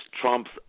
trumps